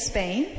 Spain